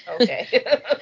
Okay